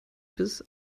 bis